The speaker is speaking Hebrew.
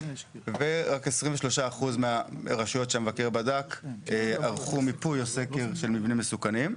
ורק 23% מהרשויות שהמבקר בדק ערכו מיפוי או סקר של מבנים מסוכנים.